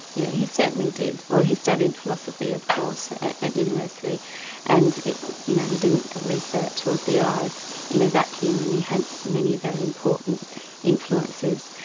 yeah he certainly did. well he studied philosophy of course at university and you know he didn't research or theorise in a vacuum and he had many very important influences.